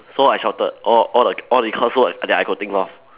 so I shouted all all the all the curse word that I could think of